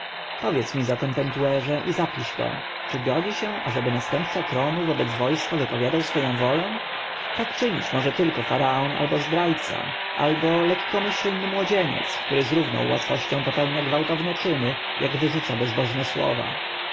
powiedz mi zatem pentuerze i zapisz to czy godzi się ażeby następca tronu wobec wojska wypowiadał swoją wolę tak czynić może tylko faraon albo zdrajca albo lekkomyślny młodzieniec który z równą łatwością popełnia gwałtowne czyny jak wyrzuca bezbożne słowa